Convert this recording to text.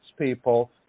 people